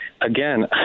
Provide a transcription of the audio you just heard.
again